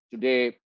today